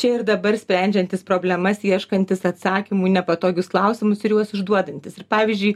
čia ir dabar sprendžiantis problemas ieškantis atsakymų į nepatogius klausimus ir juos užduodantis ir pavyzdžiui